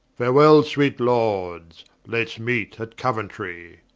farewell, sweet lords, let's meet at couentry.